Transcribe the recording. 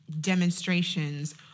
demonstrations